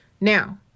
Now